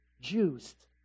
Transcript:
juiced